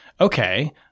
okay